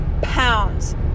pounds